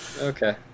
Okay